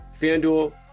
FanDuel